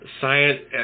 science